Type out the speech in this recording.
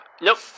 Nope